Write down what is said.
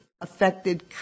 affected